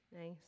Nice